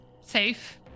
safe